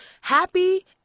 happy